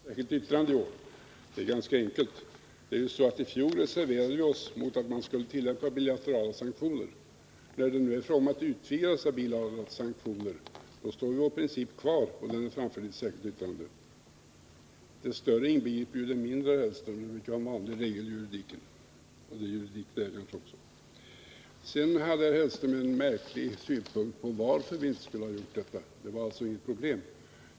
Herr talman! Mats Hellström hade en del funderingar över varför vi i år inte har avgivit någon reservation utan endast ett särskilt yttrande. Det är ganska enkelt: I fjol reserverade vi oss mot att man skulle tillän.pa bilaterala sanktioner. När det nu är fråga om att utvidga dessa bilaterala sanktioner, står vår princip kvar och den är framförd i ett särskilt yttrande. Det större inbegriper ju det mindre, vilket är en vanlig regel i juridiken — och det är ju juridik i det här ärendet också. Sedan hade herr Hellström en märklig synpunkt på varför vi inte skulle ha gjort detta. Det var alltså inget problem.